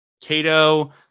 Cato